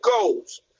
goals